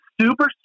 super